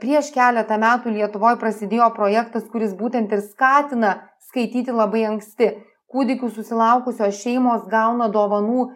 prieš keletą metų lietuvoj prasidėjo projektas kuris būtent ir skatina skaityti labai anksti kūdikių susilaukusios šeimos gauna dovanų